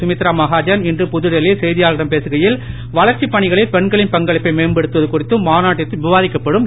சுமித்ரா மகாஜன் இன்று புதுடெல்லியில் செய்தியாளர்களிடம் பேசுகையில் வளர்ச்சி பணிகளில் பெண்களின் பங்களிப்பை மேம்படுத்துவது குறித்தும் மாநாட்டில் விவாதிக்கப்படும் என்றார்